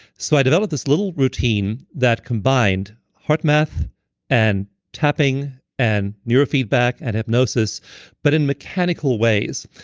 so i developed this little routine that combined heart math and tapping and neurofeedback and hypnosis but in mechanical ways.